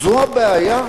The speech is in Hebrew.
זו הבעיה?